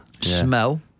Smell